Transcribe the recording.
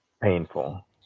painful